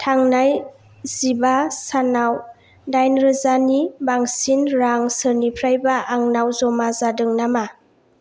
थांनाय जिबा सानाव दाइन रोजानि बांसिन रां सोरनिफ्रायबा आंनाव जमा जादों नामा